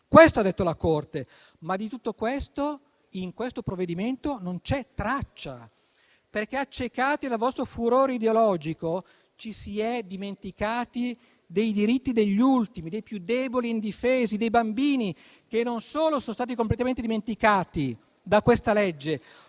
Questo ha detto la Corte, ma di tutto questo nel provvedimento al nostro esame non c'è traccia, perché, accecati dal vostro furore ideologico, ci si è dimenticati dei diritti degli ultimi, dei più deboli e indifesi. I bambini non solo sono stati completamente dimenticati da questa legge,